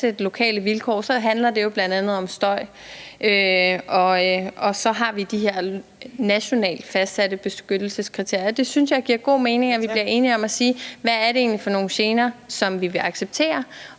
lokale vilkår, handler det jo bl.a. om støj, og så har vi de her nationalt fastsatte beskyttelseskriterier. Jeg synes, det giver god mening, at vi bliver enige om at sige, hvad det egentlig er for nogle gener, som vi vil acceptere.